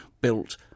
built